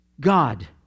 God